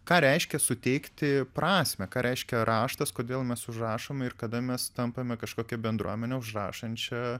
ką reiškia suteikti prasmę ką reiškia raštas kodėl mes užrašome ir kada mes tampame kažkokia bendruomene užrašančia